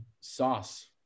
sauce